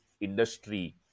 industry